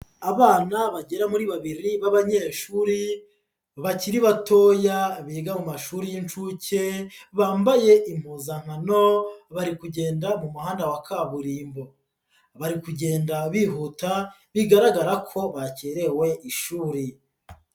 Abana bagera muri babiri b'abanyeshuri bakiri batoya biga mu mashuri y'incuke, bambaye impuzankano, bari kugenda mu muhanda wa kaburimbo, bari kugenda bihuta bigaragara ko bakererewe ishuri.